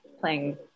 playing